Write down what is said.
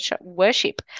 worship